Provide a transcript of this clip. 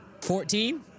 Fourteen